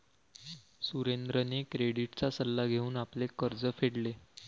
सुरेंद्रने क्रेडिटचा सल्ला घेऊन आपले कर्ज फेडले